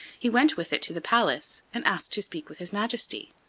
he went with it to the palace and asked to speak with his majesty.